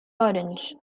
orange